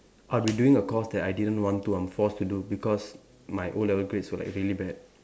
I would be doing a course that I didn't want to I'm forced to do because my o-level grades were like really bad